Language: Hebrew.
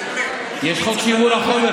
יש חוק שימור החומר,